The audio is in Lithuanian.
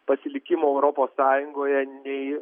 pasilikimo europos sąjungoje nei